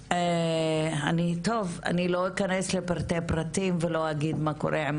אני לא אכנס לפרטי פרטים ולא אגיד מה קורה עם